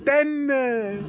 ਤਿੰਨ